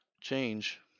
change